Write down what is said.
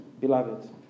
beloved